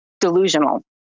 delusional